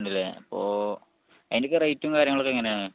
ഉണ്ട് അല്ലേ അപ്പോൾ അ അതിനൊക്കെ റേറ്റും കാര്യങ്ങളും ഒക്കെ എങ്ങനെ ആണ്